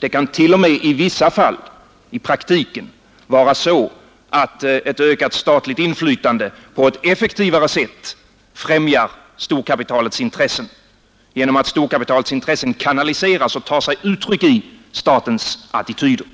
Det kan t.o.m. i vissa fall i praktiken vara så, att ett ökat statligt inflytande på ett effektivare sätt främjar storkapitalets intressen genom att dessa kanaliseras och tar sig uttryck i statens attityder